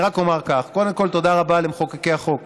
אני רק אומר כך: קודם כול, תודה רבה למחוקקי החוק,